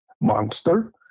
monster